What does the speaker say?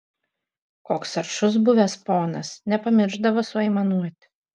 koks aršus buvęs ponas nepamiršdavo suaimanuot